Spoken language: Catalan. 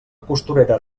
costurera